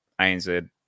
ANZ